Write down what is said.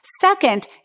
Second